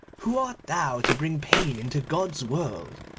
who art thou to bring pain into god's world?